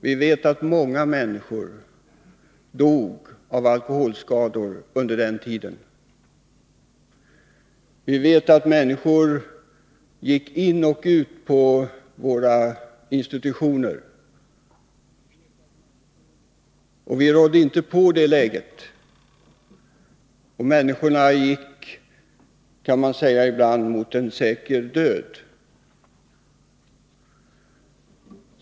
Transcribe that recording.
Vi vet att många människor dog av alkoholskador under den tiden. Vi vet att människor gick in och ut på våra institutioner. Vi rådde inte på det läget. Människorna gick, kan man säga, ibland mot en säker död.